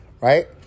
right